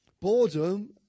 Boredom